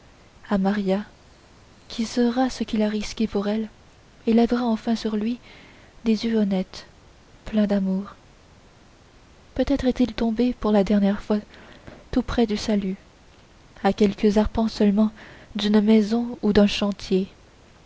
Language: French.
à maria qui saura ce qu'il a risqué pour elle et lèvera enfin sur lui ses yeux honnêtes pleins d'amour peut-être est-il tombé pour la dernière fois tout près du salut à quelques arpents seulement d'une maison ou d'un chantier